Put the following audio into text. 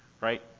right